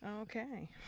Okay